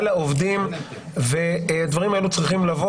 על העובדים והדברים האלה צריכים לבוא